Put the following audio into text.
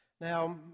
Now